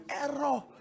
error